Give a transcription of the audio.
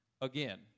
again